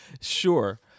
Sure